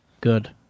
Good